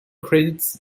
credits